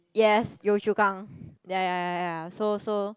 yes Yio-Chu-Kang ya ya ya ya so so